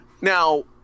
Now